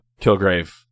Kilgrave